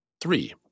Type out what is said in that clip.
Three